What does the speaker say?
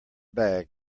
bag